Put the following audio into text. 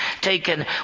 taken